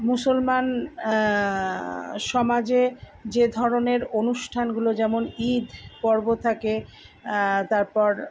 মুসলমান সমাজে যে ধরণের অনুষ্ঠানগুলো যেমন ঈদ পর্ব থাকে তারপর